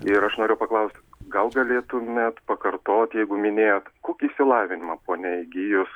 ir aš noriu paklaust gal galėtumėt pakartot jeigu minėjot kokį išsilavinimą ponia įgijus